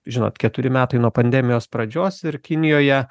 žinot keturi metai nuo pandemijos pradžios ir kinijoje